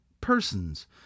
persons